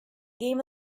game